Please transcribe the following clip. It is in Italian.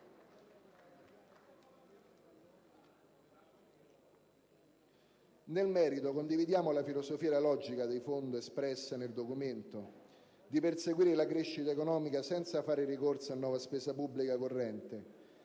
Nel merito, condividiamo la filosofia e la logica di fondo espressa nel documento di perseguire la crescita economica senza far ricorso a nuova spesa pubblica corrente,